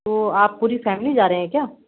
तो आप पूरी फ़ैमली जा रहें हैं क्या